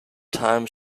time